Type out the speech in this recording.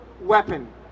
weapon